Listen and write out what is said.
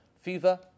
fever